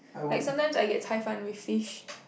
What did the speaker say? like sometimes I get Cai Fan with fish